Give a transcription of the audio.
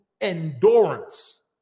endurance